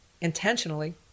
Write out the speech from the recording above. intentionally